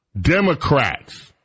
Democrats